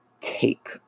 take